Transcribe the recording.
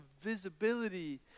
visibility